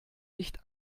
nicht